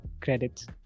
credits